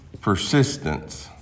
persistence